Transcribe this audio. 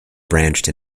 branched